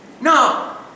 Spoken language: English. No